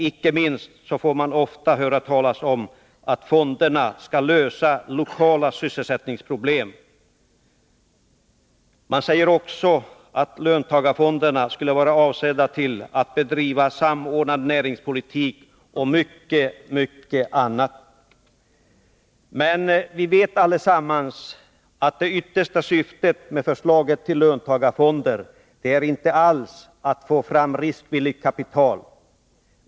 Inte minst hör man ofta talas om att fonderna skall lösa lokala sysselsättningsproblem. Man säger också att löntagarfonderna är avsedda för en samordnad näringspolitik och mycket annat. Men vi vet allesammans att det yttersta syftet med förslaget till löntagarfonder inte alls är att vi skall få fram riskvilligt kapital.